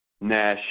Nash